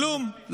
כלום.